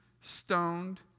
stoned